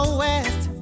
west